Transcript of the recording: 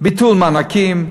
ביטול מענקים,